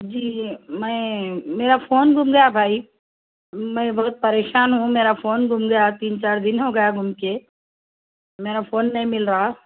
جی میں میرا فون گم گیا بھائی میں بہت پریشان ہوں میرا فون گم گیا تین چار دن ہو گیا گم کے میرا فون نہیں مل رہا